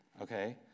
Okay